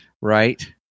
Right